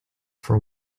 for